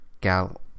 Gal-